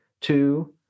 Two